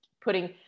putting